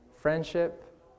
Friendship